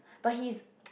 but he's